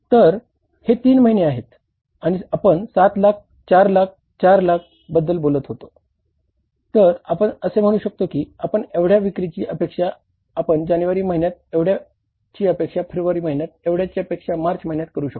तर हे तीन महिने आहेत आणि आपण 7 लाख 4 लाख 4 लाख बद्दल बोलत होतो तर आपण असे म्हणू शकतो की आपण एवढ्या विक्रीची अपेक्षा आपण जानेवारी महिन्यात एवढ्याची अपेक्षा फेब्रुवारी महिन्यात एवढ्याची अपेक्षा मार्च महिन्यात करू शकतो